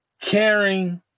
caring